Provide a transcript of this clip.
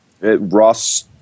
Ross